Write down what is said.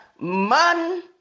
man